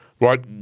Right